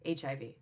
HIV